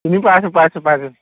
চিনি পাইছোঁ পাইছোঁ পাইছোঁ